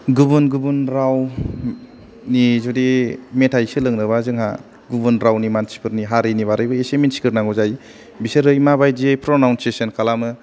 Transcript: गुबुन गुबुन रावनि जुदि मेथाइ सोलोंनो बा जोंहा गुबुन रावनि मानसिफोरनि हारिनि बारैबो इसे मिथिग्रो नांगौ जायो बिसोरो मा बायदियै प्रनावनसिसन खालामनो